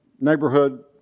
neighborhood